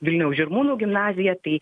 vilniaus žirmūnų gimnazija tai